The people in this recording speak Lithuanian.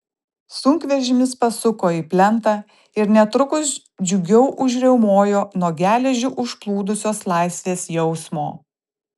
sunkvežimis pasuko į plentą ir netrukus džiugiau užriaumojo nuo geležį užplūdusios laisvės jausmo